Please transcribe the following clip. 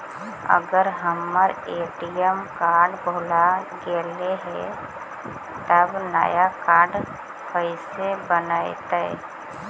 अगर हमर ATM card भुला गैलै हे तब नया काड कइसे बनतै?